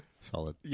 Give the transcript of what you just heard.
Solid